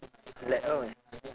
like oh